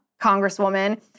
Congresswoman